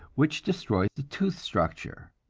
which destroy the tooth structure.